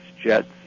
jets